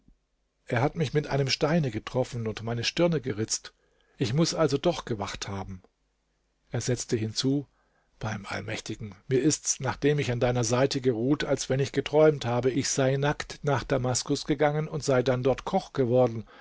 er hat mich mit einem steine getroffen und meine stirne geritzt ich muß also doch gewacht haben er setzte hinzu beim allmächtigen mir ist's nachdem ich an deiner seite geruht als wenn ich geträumt habe ich sei nackt nach damaskus gegangen und sei dann dort koch geworden